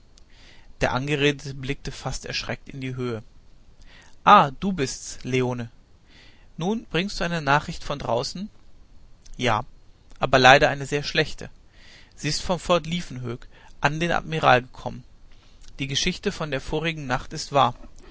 der angeredete blickte fast erschreckt in die höhe ah du bist's leone nun bringst du eine nachricht von draußen ja aber leider eine sehr schlechte sie ist vom fort liefkenhoek an den admiral gekommen die geschichte von der vorigen nacht ist wahr